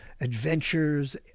adventures